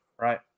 right